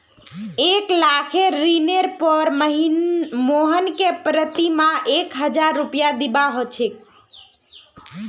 एक लाखेर ऋनेर पर मोहनके प्रति माह एक हजार रुपया दीबा ह छेक